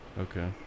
okay